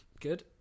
Good